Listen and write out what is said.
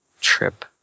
trip